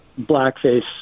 blackface